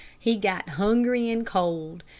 he got hungry and cold,